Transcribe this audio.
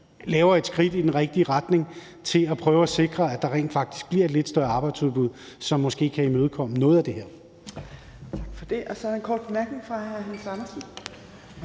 tager et skridt i den rigtige retning for at prøve at sikre, at der rent faktisk bliver et lidt større arbejdsudbud, som måske kan imødekomme noget af det her.